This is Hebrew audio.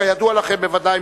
כידוע לכם בוודאי,